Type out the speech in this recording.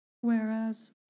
whereas